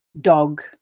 dog